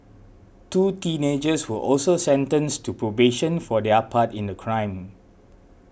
two teenagers were also sentenced to probation for their part in the crime